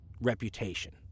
reputation